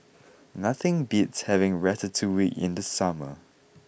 nothing beats having Ratatouille in the summer